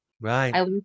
right